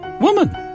woman